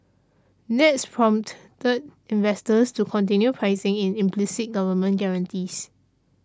that's prompted investors to continue pricing in implicit government guarantees